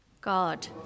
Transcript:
God